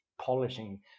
polishing